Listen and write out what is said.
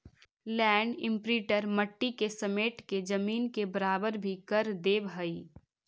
land imprinter मट्टी के समेट के जमीन के बराबर भी कर देवऽ हई